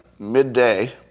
Midday